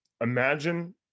Imagine